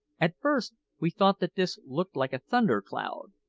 at first we thought that this looked like a thundercloud,